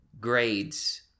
grades